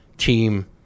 team